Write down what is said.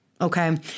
Okay